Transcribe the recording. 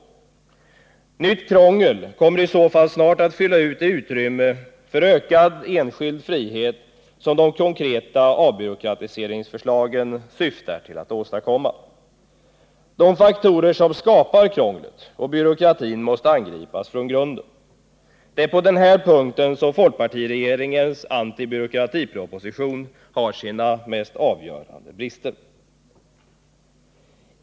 Ett nytt krångel kommer i så fall snart att fylla ut det utrymme för ökad enskild frihet som de konkreta avbyråkratiseringsförslagen syftar till att åstadkomma. De faktorer som skapar krånglet och byråkratin måste angripas från grunden. Det är på denna punkt folkpartiregeringens antibyråkratiproposition har sina mest avgörande brister.